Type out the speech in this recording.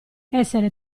essere